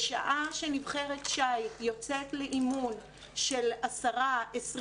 בשעה שנבחרת שייט יוצאת לאימון של 10 20